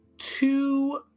Two